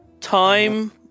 time